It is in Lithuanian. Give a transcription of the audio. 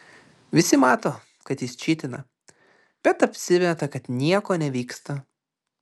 visi mato kad jis čytina bet apsimeta kad nieko nevyksta